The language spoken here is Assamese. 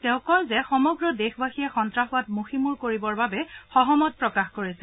তেওঁ কয় যে সমগ্ৰ দেশবাসীয়ে সন্নাসবাদ মষিমূৰ কৰিবৰ বাবে সহমত প্ৰকাশ কৰিছে